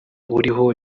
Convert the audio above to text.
uriho